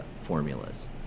formulas